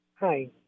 Hi